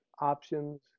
options